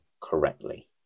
correctly